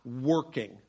working